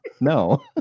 no